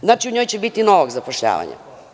Znači, u njoj će biti novog zapošljavanja.